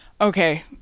okay